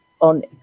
on